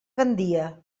gandia